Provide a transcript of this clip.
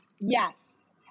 Yes